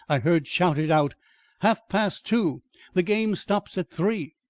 i heard shouted out half-past two! the game stops at three.